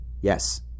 Yes